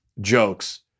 Jokes